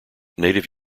native